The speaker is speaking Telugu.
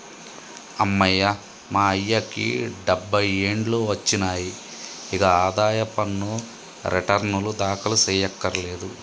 అమ్మయ్య మా అయ్యకి డబ్బై ఏండ్లు ఒచ్చినాయి, ఇగ ఆదాయ పన్ను రెటర్నులు దాఖలు సెయ్యకర్లేదు